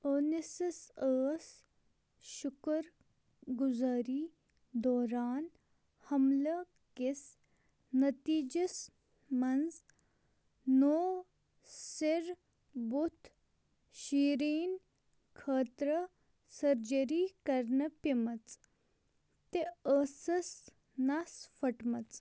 اونِسَس ٲس شکر گُزٲری دوران حملہٕ کِس نٔتیٖجس منٛز نَوِ سَرٕ بُتھ شیرنہٕ خٲطرٕ سٔرجری کَرٕنۍ پیٛمٕژ تہٕ ٲسٕس نَس پھٔٹمٕژ